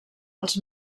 els